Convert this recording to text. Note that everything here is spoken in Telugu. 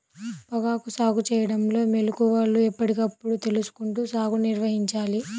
పొగాకు సాగు చేయడంలో మెళుకువలను ఎప్పటికప్పుడు తెలుసుకుంటూ సాగుని నిర్వహించాలి